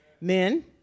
Men